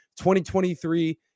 2023